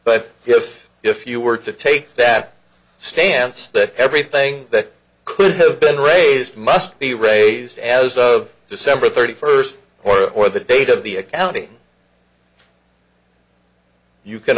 but if if you were to take that stance that everything that could have been raised must be raised as of december thirty first or or the date of the accounting you can